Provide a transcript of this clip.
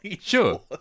Sure